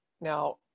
Now